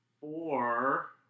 four